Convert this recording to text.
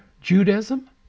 Judaism